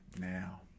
now